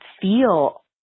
feel